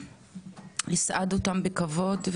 יסעד אותם בכבוד,